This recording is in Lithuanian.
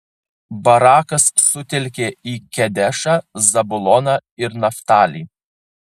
barakas sutelkė į kedešą zabuloną ir naftalį